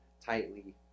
tightly